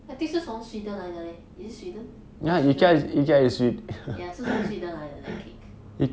I think 是从 sweden 来的 leh is it sweden ya sweden ya 是从 sweden 来的 that cake